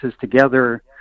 together